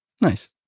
Nice